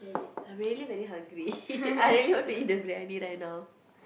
I really very hungry I really want to eat the briyani right now